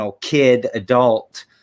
kid-adult